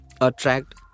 attract